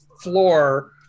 floor